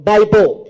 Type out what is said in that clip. Bible